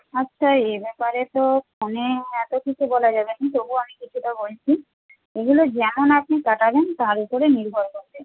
আচ্ছা এ ব্যাপারে তো ফোনে এত কিছু বলা যাবে না তবু আমি কিছুটা বলছি এগুলো যেমন আপনি কাটাবেন তার উপরে নির্ভর করবে